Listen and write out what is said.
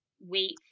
wait